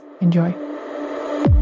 Enjoy